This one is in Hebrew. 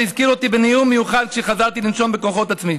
שהזכיר אותי בנאום מיוחד כשחזרתי לנשום בכוחות עצמי.